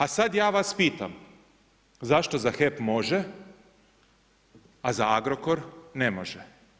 A sad ja vas pitam zašto za HEP može, a za Agrokor ne može.